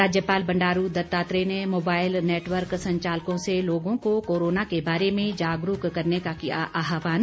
राज्यपाल बंडारू दत्तात्रेय ने mobile network संचालकों से लोगों को कोरोना के बारे में जागरूक करने का किया आहवान